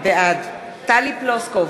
בעד טלי פלוסקוב,